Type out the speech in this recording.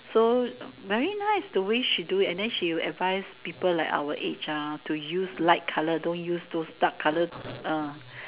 so very nice the way she do it and then she advise people like our age ah to use light colour don't use those dark colour uh